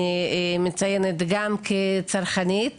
אני מציינת גם כצרכנית